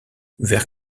vert